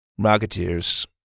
Rocketeers